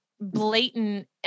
blatant